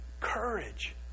Courage